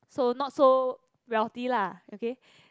so not so wealthy lah okay